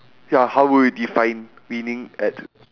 ya how would you define winning at